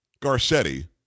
Garcetti